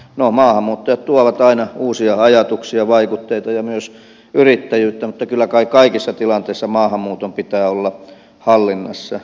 no maahanmuuttajat tuovat aina uusia ajatuksia vaikutteita ja myös yrittäjyyttä mutta kyllä kai kaikissa tilanteissa maahanmuuton pitää olla hallinnassa